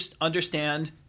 Understand